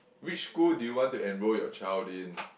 which school do you want to enroll your child in